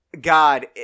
God